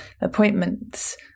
appointments